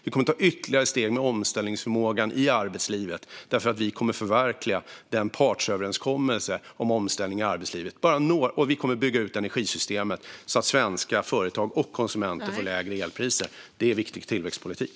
Vi kommer att ta ytterligare steg för omställningsförmågan i arbetslivet genom att förverkliga partsöverenskommelsen om omställning i arbetslivet. Vi kommer också att bygga ut energisystemet, så att svenska företag och konsumenter får lägre elpriser. Det är viktig tillväxtpolitik.